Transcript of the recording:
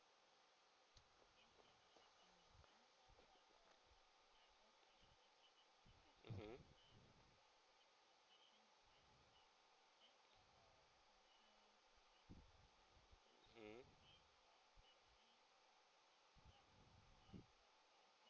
mmhmm